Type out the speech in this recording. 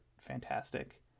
fantastic